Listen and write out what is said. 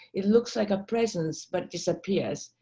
it looks like a presence but disappears.